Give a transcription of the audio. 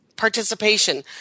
participation